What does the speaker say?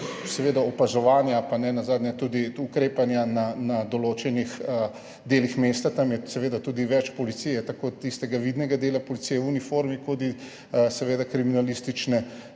naloge opazovanja, nenazadnje tudi ukrepanja na določenih delih mesta. Tam je seveda tudi več policije, tako tistega vidnega dela policije v uniformi kot seveda kriminalistične